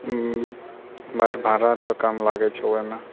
but भाड़ा तऽ कम लागै छौ ओइमे